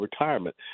retirement